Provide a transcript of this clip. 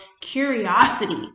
curiosity